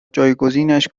جایگزینش